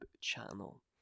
channel